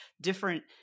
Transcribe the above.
different